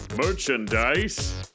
Merchandise